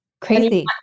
Crazy